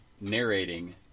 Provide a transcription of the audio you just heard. narrating